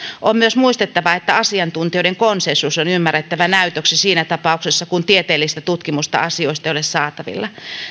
on myös muistettava että asiantuntijoiden konsensus on ymmärrettävä näytöksi siinä tapauksessa kun tieteellistä tutkimusta asioista ei ole saatavilla